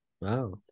Wow